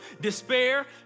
despair